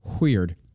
Weird